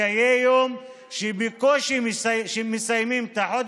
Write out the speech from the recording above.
אם אנחנו עדיין אפילו לא בתחילת אוקטובר,